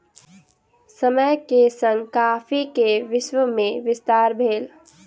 समय के संग कॉफ़ी के विश्व में विस्तार भेल